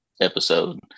episode